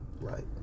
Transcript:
Right